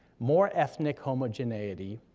more ethnic homogeneity,